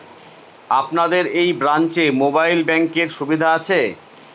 আপনাদের এই ব্রাঞ্চে মোবাইল ব্যাংকের সুবিধে আছে?